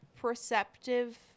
perceptive